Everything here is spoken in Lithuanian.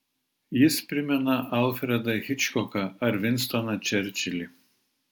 jis primena alfredą hičkoką ar vinstoną čerčilį